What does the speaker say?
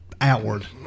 outward